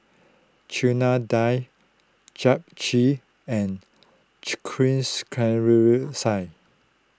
Chana Dal Japchae and